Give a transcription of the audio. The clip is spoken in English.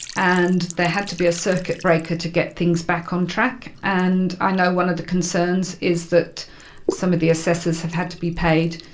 and there had to be a circuit breaker to get things back on track. and i know one of the concerns is that some of the assessors have had to be paid,